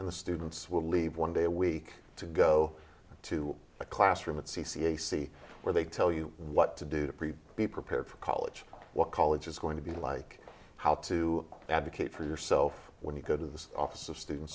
and the students will leave one day a week to go to a classroom at c c a see where they tell you what to do to prepare be prepared for college what college is going to be like how to advocate for yourself when you go to the office of student